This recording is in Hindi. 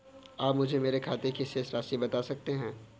आप मुझे मेरे खाते की शेष राशि बता सकते हैं?